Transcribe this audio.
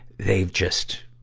they've just,